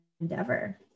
endeavor